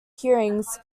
hearings